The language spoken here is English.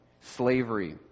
slavery